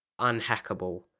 unhackable